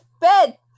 bed